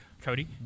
Cody